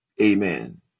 amen